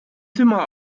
zimmer